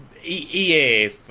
EA